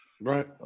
right